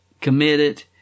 committed